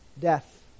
death